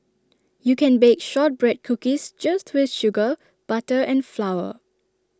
you can bake Shortbread Cookies just with sugar butter and flour